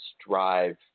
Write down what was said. strive